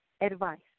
advice